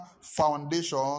foundation